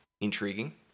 intriguing